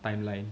timeline